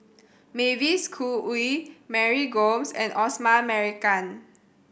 Mavis Khoo Oei Mary Gomes and Osman Merican